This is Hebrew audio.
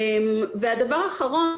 דבר אחרון,